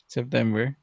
September